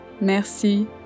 Merci